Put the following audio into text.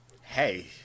Hey